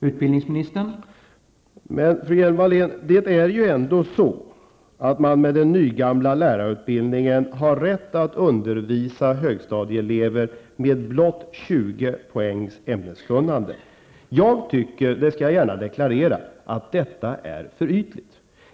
Herr talman! Men det är ju ändå så, fru Hjelm Wallén, att man med den nygamla lärarutbildningen har rätt att undervisa högstadieelever med blott 20 poäng ämneskunnande. Jag tycker -- det skall jag gärna deklarera -- att detta är för ytligt.